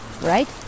right